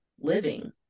living